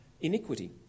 iniquity